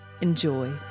Enjoy